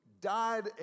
died